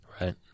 Right